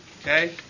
Okay